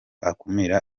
akumira